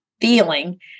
feeling